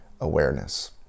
awareness